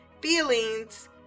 feelings